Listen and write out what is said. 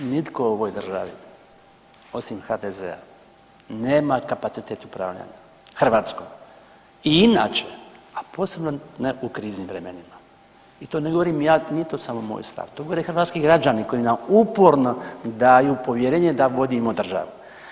Nitko u ovoj državi osim HDZ-a nema kapacitete upravljanja Hrvatskom i inače, a posebno ne u kriznim vremenima i to ne govorim ja, nije to samo moj stav, to govore hrvatski građani koji nam uporno daju povjerenje da vodimo državu.